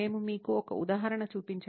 మేము మీకు ఒక ఉదాహరణ చూపించాము